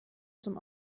zum